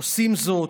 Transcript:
עושים זאת,